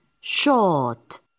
Short